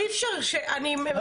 אני יכול לענות לך.